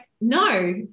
no